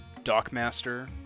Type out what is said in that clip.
Dockmaster